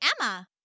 Emma